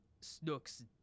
Snook's